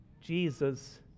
Jesus